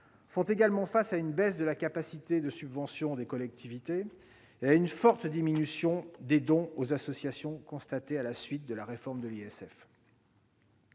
font également face à une baisse de la capacité de subvention des collectivités et à une forte diminution des dons aux associations constatée à la suite de la réforme de l'ISF,